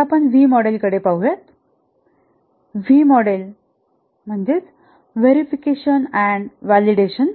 आता व्ही मॉडेलकडे पाहूया व्ही मॉडेल व्हेरीफिकेशन आणि व्हॅलिडेशन